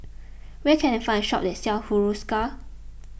where can I find a shop that sells Hiruscar